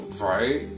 right